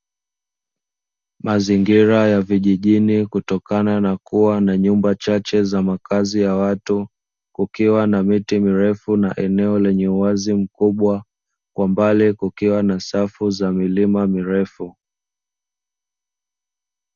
Mazingira ya vijijini, kutokana na kuwa na nyumba chache za makazi ya watu, kukiwa na miti mirefu na eneo lenye uwazi mkubwa, kwa mbali kukiwa na safu za milima mirefu.